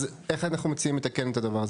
אז איך אנחנו מציעים לתקן את הדבר הזה?